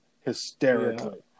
hysterically